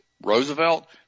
Roosevelt